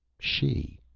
she.